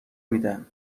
میدن